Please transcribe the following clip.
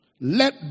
Let